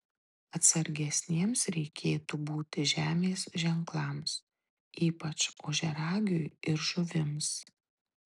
atsargesniems reikėtų būti žemės ženklams ypač ožiaragiui ir žuvims